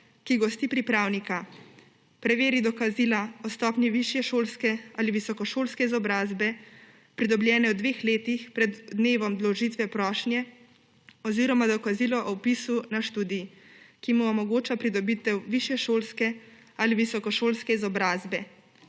ki gosti pripravnika, preveri dokazila o stopnji višješolske ali visokošolske izobrazbe, pridobljene v dveh letih pred dnevom vložitve prošnje oziroma dokazilo o vpisu na študij, ki mu omogoča pridobitev višješolske ali visokošolske izobrazbe,